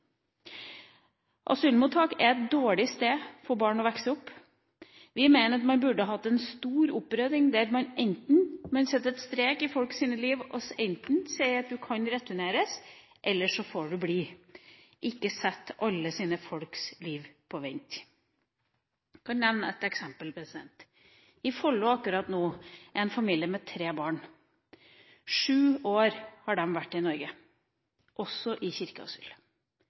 Asylmottak er et dårlig sted for barn å vokse opp. Vi mener at man burde hatt en stor opprydding, der man setter en strek i folks liv – der man enten sier at du skal returneres, eller du får bli – og ikke sette folks liv på vent. Jeg kan nevne et eksempel: Akkurat nå er det en familie i Follo med tre barn. Sju år har de vært i Norge – også i kirkeasyl.